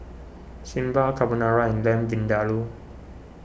Sambar Carbonara and Lamb Vindaloo